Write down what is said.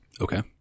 Okay